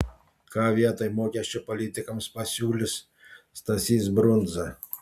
ką vietoj mokesčio politikams pasiūlys stasys brundza